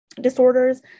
disorders